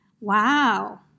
Wow